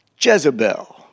Jezebel